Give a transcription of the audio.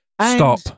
Stop